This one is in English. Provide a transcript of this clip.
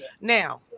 Now